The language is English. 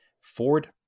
Ford